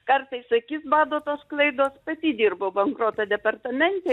kartais akis bado tos klaidos pati dirbau bankroto departamente